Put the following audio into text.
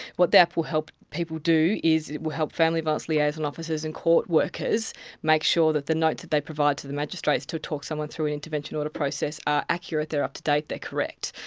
what the app will help people do is it will help family violence liaison officers and court workers make sure that the notes that they provide to the magistrates to talk someone through an intervention order process are accurate, they are up-to-date, they are correct.